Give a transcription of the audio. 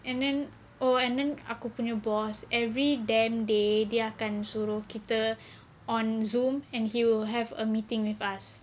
and then oh and then aku punya boss every damn day dia akan suruh kita on zoom and he'll have a meeting with us